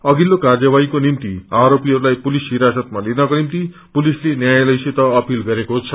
अधिल्लो कार्यवारीको निम्ति आरोपीहस्ताई पुलिस हिरासतमा लिनको निम्ति पुलिसले न्यायालयसित अपील गरेको छ